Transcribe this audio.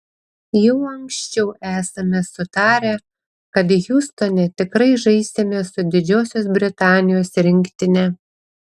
jau anksčiau esame sutarę kad hjustone tikrai žaisime su didžiosios britanijos rinktine